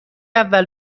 اول